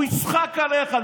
הוא יצחק עליך.